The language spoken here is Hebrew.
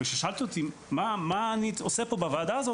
כששאלת אותי מה אני עושה פה בוועדה הזאת,